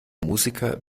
musiker